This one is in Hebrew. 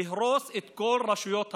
להרוס את כל רשויות החוק,